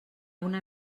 una